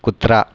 कुत्रा